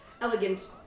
elegant